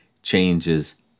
changes